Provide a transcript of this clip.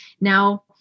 Now